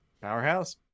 Powerhouse